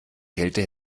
kälte